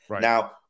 now